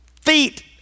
feet